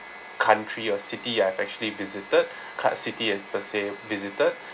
country or city I've actually visited cou~ city and per se visited